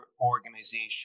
organization